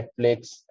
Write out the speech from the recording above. Netflix